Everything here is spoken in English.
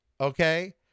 okay